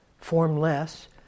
formless